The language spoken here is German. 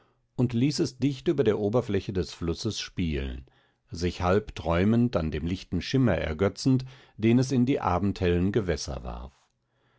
und ließ es dicht über der oberfläche des flusses spielen sich halb träumend an dem lichten schimmer ergötzend den es in die abendhellen gewässer warf